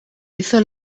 hizo